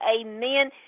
Amen